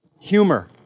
humor